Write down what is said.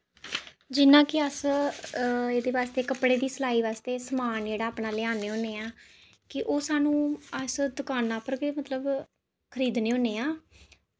जियां कि अस एह्दे बास्तै कपड़े दी सिलाई बास्तै समान जेह्ड़ा ऐ अपना लेआन्ने होन्ने आं कि ओह् सानूं अस दकाना पर गै मतलब खरीदने होन्ने आं